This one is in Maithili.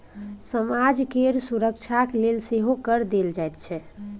समाज केर सुरक्षाक लेल सेहो कर देल जाइत छै